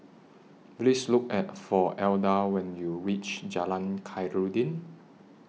Please Look At For Alda when YOU REACH Jalan Khairuddin